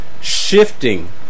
shifting